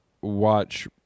watch